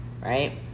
Right